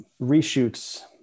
reshoots